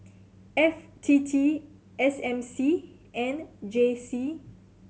F T T S M C and J C